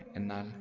എന്നാൽ